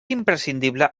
imprescindible